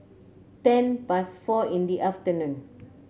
ten past four in the afternoon